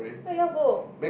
why you all go